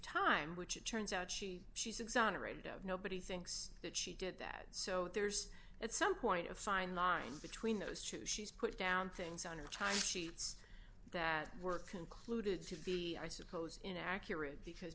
time which it turns out she she's exonerated of nobody thinks that she did that so there's at some point a fine line between those two she's put down things on her time sheets that were concluded to be i suppose inaccurate because